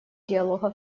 диалога